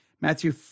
Matthew